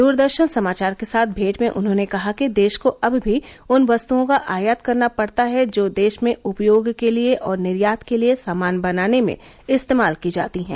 द्रदर्शन समाचार के साथ मेंट में उन्होंने कहा कि देश को अब भी उन वस्त्ओं का आयात करना पड़ता है जो देश में उपयोग के लिए और निर्यात के लिए सामान बनाने में इस्तेमाल की जाती हैं